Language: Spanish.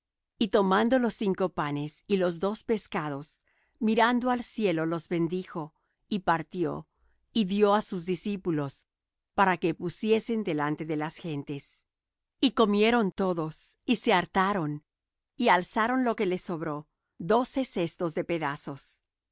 y tomando los cinco panes y los dos pescados mirando al cielo los bendijo y partió y dió á sus discípulos para que pusiesen delante de las gentes y comieron todos y se hartaron y alzaron lo que les sobró doce cestos de pedazos